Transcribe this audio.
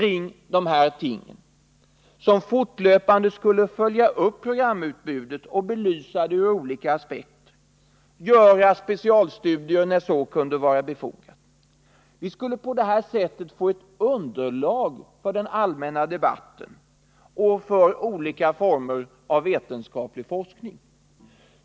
Institutet skulle också fortlöpande följa upp programutbudet och belysa det ur olika aspekter samt göra specialstudier när så kunde vara befogat. Vi skulle på det sättet få ett underlag för den allmänna debatten och för olika former av vetenskaplig forskning.